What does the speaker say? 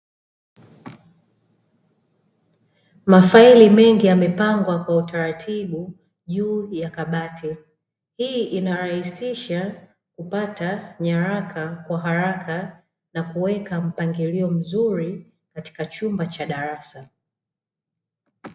Mafaili mengi yamepangwa kwa utaratibu juu ya kabati, hii inarahisisha kupata nyaraka kwa haraka na kuweka mpangilio mzuri katika chumba cha darasa.